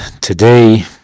today